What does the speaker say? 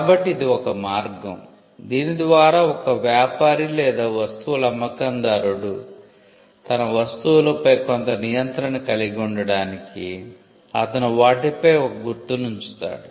కాబట్టి ఇది ఒక మార్గం దీని ద్వారా ఒక వ్యాపారి లేదా వస్తువుల అమ్మకందారుడు తన వస్తువులపై కొంత నియంత్రణ కలిగి ఉండటానికి అతను వాటిపై ఒక గుర్తును ఉంచుతాడు